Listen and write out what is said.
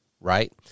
right